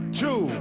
two